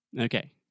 Okay